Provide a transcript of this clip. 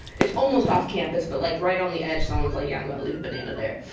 it's almost off-campus but, like, right on the edge someone's like, yeah, i'm gonna leave a banana there.